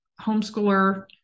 homeschooler